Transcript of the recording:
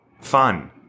fun